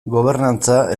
gobernantza